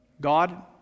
God